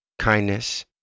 kindness